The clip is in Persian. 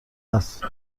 است